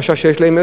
הקשה שלהם,